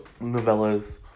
novellas